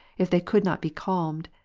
if they could not be calmed,